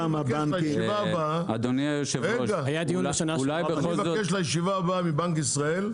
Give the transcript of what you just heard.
אני מבקש לישיבה הבאה מבנק ישראל,